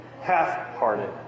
half-hearted